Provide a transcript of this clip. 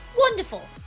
Wonderful